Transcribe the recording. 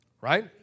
right